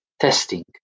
testing